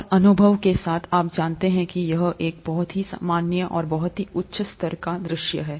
और अनुभव के साथ आप जानते हैं कि यह एक बहुत ही मान्य और बहुत ही उच्च स्तर का दृश्य है